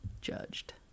judged